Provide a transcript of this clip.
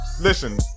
listen